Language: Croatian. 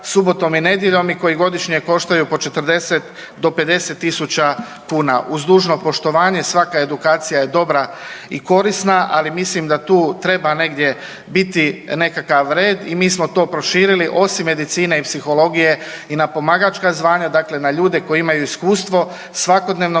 subotom i nedjeljom i koji godišnje koštaju po 40 do 50.000 kuna. Uz dužno poštovanje svaka edukacija je dobra i korisna, ali mislim da tu treba negdje biti nekakav red i mi smo to proširili osim medicine i psihologije i na pomagačka zvanja, dakle na ljude koji imaju iskustvo svakodnevnog